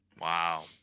Wow